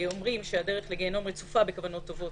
אומרים שהדרך לגיהינום רצופה בכוונות טובות,